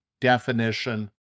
definition